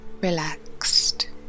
relaxed